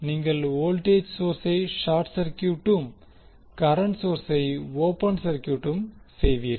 நீங்கள் வோல்டேஜ் சோர்ஸை ஷார்ட் சர்கியூட்டும் கரண்ட் சோர்ஸை ஓபன் சர்கியூட்டும் செய்வீர்கள்